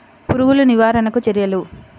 పురుగులు నివారణకు చర్యలు?